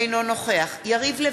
אינו נוכח יריב לוין,